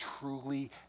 truly